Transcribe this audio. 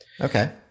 Okay